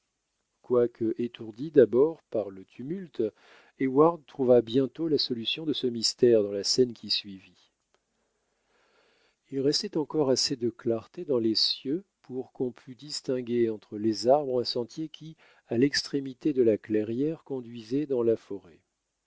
quoique étourdi d'abord par le tumulte heyward trouva bientôt la solution de ce mystère dans la scène qui suivit il restait encore assez de clarté dans les cieux pour qu'on pût distinguer entre les arbres un sentier qui à l'extrémité de la clairière conduisait dans la forêt